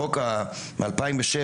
החוק מ-2007,